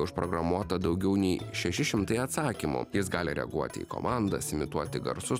užprogramuota daugiau nei šeši šimtai atsakymų jis gali reaguoti į komandas imituoti garsus